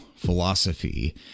philosophy